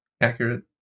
accurate